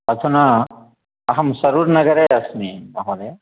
अधुना अहं सरुर्नगरे अस्मि महोदय